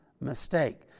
mistake